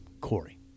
Corey